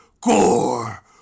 Gore